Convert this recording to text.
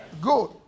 Good